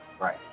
Right